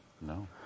No